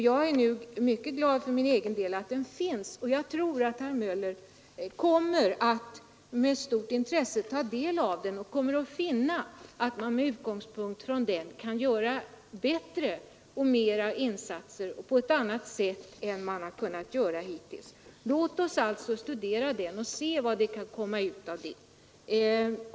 Jag är mycket glad för min egen del över att den finns, och jag tror att herr Möller med stort intresse kommer att ta del av den och finna att man med utgångspunkt i den kan göra flera och bättre insatser för kvinnornas utbildning än man har kunnat göra hittills. Låt oss alltså studera den och se vad det kan komma ut av den!